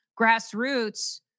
grassroots